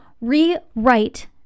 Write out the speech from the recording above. rewrite